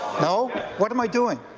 no? what am i doing?